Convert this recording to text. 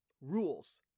rules